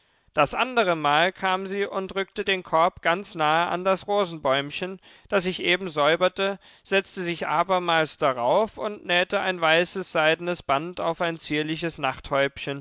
das andere mal kam sie und rückte den korb ganz nahe an das rosenbäumchen das ich eben säuberte setzte sich abermals darauf und nähte ein weißes seidenes band auf ein zierliches